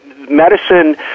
Medicine